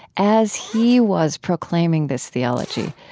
as he was proclaiming this theology,